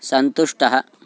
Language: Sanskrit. सन्तुष्टः